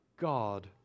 God